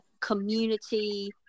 community